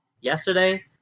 Yesterday